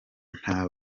nta